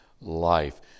life